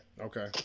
Okay